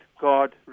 God